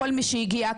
במקרים